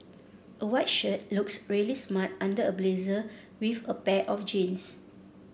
a white shirt looks really smart under a blazer with a pair of jeans